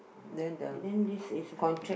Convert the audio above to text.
and then this is